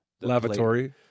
Lavatory